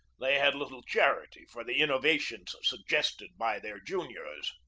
they had little charity for the innovations suggested by their juniors.